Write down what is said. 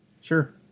Sure